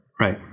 Right